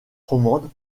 romande